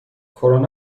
کرونا